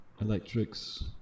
electrics